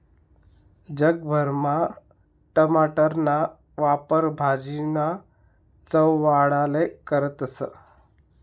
जग भरमा टमाटरना वापर भाजीना चव वाढाले करतस